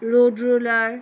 road roller